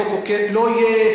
לא יהיה.